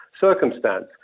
circumstance